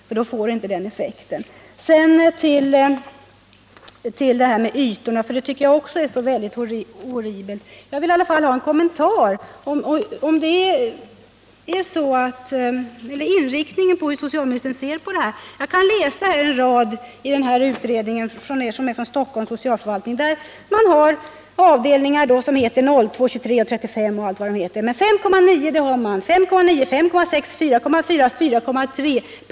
Då får inte reformen avsedd effekt. Jag vill också ta upp frågan om lekutrymmena, ytorna, på daghemmen. Jag tycker att förhållandena är horribla och vill ha en kommentar av socialministern och ett besked om hur socialministern ser på den frågan. Stockholms socialförvaltning har gjort en utredning, där man redogör för att det finns avdelningar som heter 02, 23, 35 osv. 5,9, 5,6, 4,4, 4,3 m?